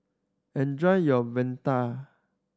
enjoy your vadai